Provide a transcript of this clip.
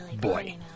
boy